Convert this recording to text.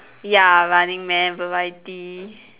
ya running man variety